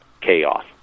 chaos